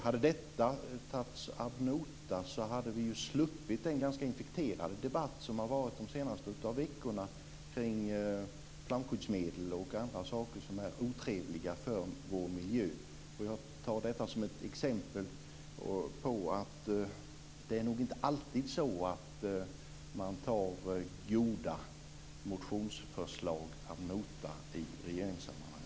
Hade detta tagits ad notam så hade vi sluppit den ganska infekterade debatt som har varit de senaste veckorna kring flamskyddsmedel och andra saker som är otrevliga för vår miljö. Jag tar detta som ett exempel på att det nog inte alltid är så att man tar goda motionsförslag ad notam i regeringssammanhang.